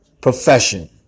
profession